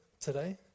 today